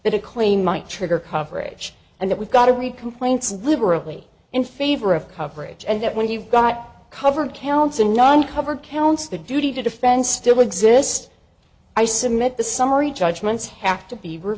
that a claim might trigger coverage and that we've got to read complaints liberally in favor of coverage and that when you've got covered counts and non covered counts the duty to defend still exist i submit the summary judgments have to be